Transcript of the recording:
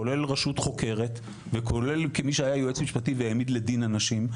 כולל רשות חוקרת וכולל כמי שהיה יועץ משפטי והעמיד לדין אנשים,